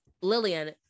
Lillian